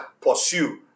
pursue